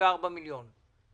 מיליון שקל.